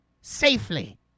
safely